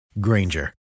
Granger